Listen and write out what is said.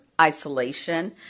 isolation